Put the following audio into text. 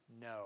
no